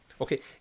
Okay